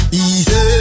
Easy